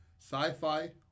sci-fi